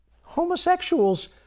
Homosexuals